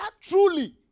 truly